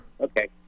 Okay